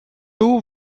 two